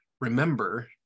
remember